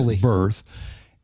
birth